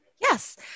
Yes